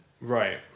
Right